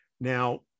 Now